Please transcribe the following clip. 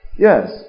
Yes